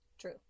True